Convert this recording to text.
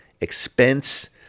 expense